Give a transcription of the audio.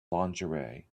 lingerie